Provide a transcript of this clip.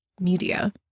Media